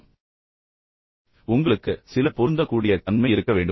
எனவே உங்களுக்கு சில பொருந்தக்கூடிய தன்மை இருக்க வேண்டும்